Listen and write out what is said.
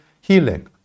healing